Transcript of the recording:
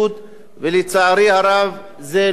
ולצערי הרב זה לא קרה.